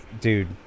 dude